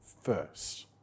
first